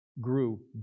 grew